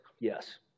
Yes